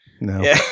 No